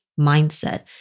Mindset